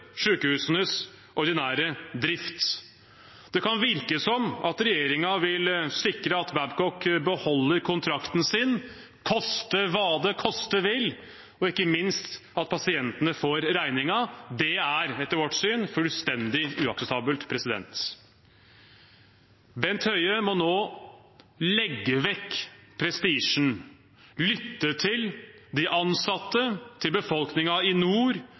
ordinære drift. Det kan virke som om regjeringen vil sikre at Babcock beholder kontrakten sin, koste hva det koste vil, ikke minst at pasientene får regningen. Det er etter vårt syn fullstendig uakseptabelt. Bent Høie må nå legge vekk prestisjen, lytte til de ansatte og til befolkningen i nord